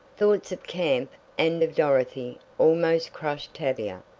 thoughts of camp, and of dorothy, almost crushed tavia.